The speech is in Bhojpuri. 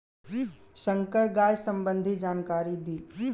संकर गाय संबंधी जानकारी दी?